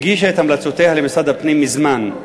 הגישה את המלצותיה למשרד הפנים מזמן.